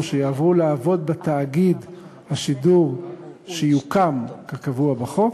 שיעברו לעבוד בתאגיד השידור שיוקם כקבוע בחוק,